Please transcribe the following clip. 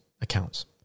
accounts